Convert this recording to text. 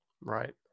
Right